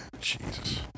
Jesus